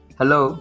hello